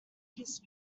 his